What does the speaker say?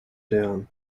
down